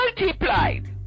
multiplied